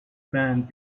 band